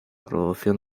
producción